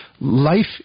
life